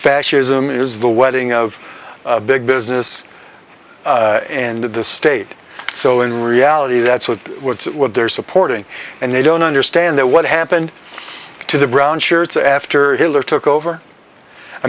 fascism is the wedding of big business and the state so in reality that's what they're supporting and they don't understand that what happened to the brownshirts after hiller took over i